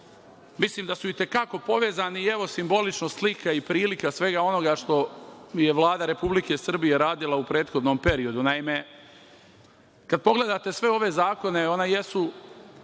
Mislim da su itekako povezani. Evo, simbolično slika i prilika svega onoga što je Vlada Republike Srbije radila u prethodnom periodu. Kada pogledate sve ove zakone, oni jesu